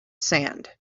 sand